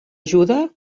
ajuda